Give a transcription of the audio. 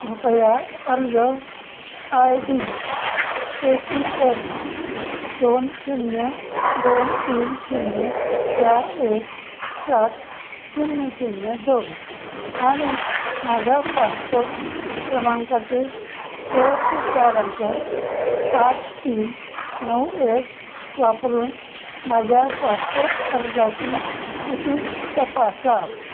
कृपया अर्ज I D A P L दोन शून्य दोन तीन शून्य चार एक सात शून्य शून्य दोन आणि माझा पासपोर्ट क्रमांकाचे शेवटचे चार अंक पाच तीन नऊ एक वापरून माझ्या पासपोर्ट अर्जाची स्थिती तपासा